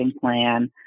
plan